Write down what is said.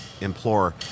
implore